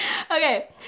Okay